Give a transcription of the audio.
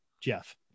Jeff